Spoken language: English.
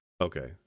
Okay